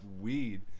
weed